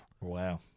Wow